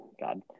God